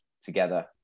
together